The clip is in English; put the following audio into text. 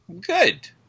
Good